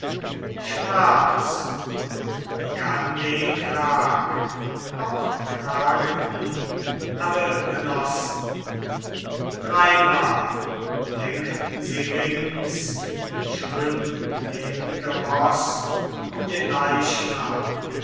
sprach's und begann wehklag auch klageten alle genossen dreimal lenkten sie rings schönmähnige ross um den leichnam